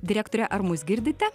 direktore ar mus girdite